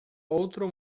outro